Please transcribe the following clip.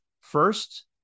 first